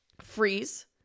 freeze